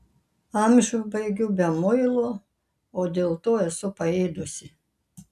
amžių baigiu be muilų o dėl to esu paėdusi